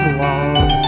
long